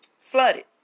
Flooded